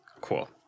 Cool